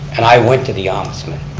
and i went to the ombudsman,